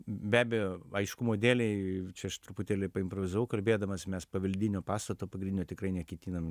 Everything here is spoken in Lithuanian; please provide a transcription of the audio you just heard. be abejo aiškumo dėlei čia aš truputėlį paimprovizavau kalbėdamas mes paveldinio pastato pagrindinio tikrai neketinam